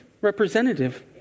representative